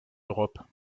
europe